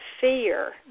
fear